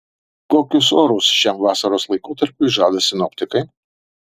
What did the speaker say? kokius orus šiam vasaros laikotarpiui žada sinoptikai